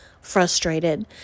frustrated